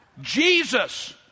Jesus